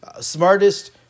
smartest